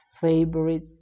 favorite